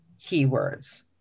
keywords